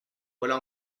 voilà